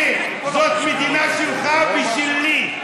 ידידי, זאת מדינה שלך ושלי.